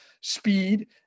speed